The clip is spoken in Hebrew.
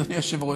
אדוני היושב-ראש,